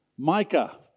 Micah